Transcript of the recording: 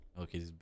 Okay